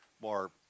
more